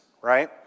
right